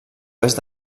oest